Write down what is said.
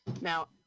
Now